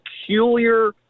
peculiar